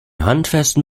handfesten